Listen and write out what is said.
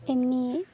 ᱮᱢᱱᱤ